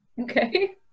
Okay